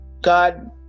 god